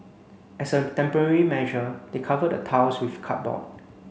as a temporary measure they covered the tiles with cardboard